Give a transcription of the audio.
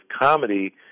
comedy